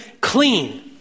clean